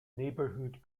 neighborhood